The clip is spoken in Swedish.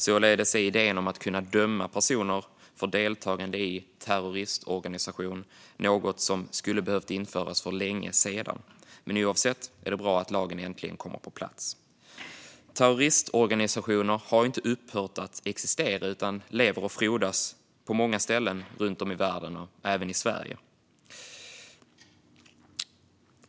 Således är möjligheten att döma personer för deltagande i terroristorganisation något som skulle ha behövt införas för länge sedan. Oavsett det är det bra att lagen äntligen kommer på plats. Terroristorganisationer har inte upphört att existera utan lever och frodas på många ställen runt om i världen, även i Sverige.